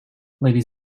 ladies